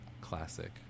Classic